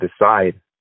decide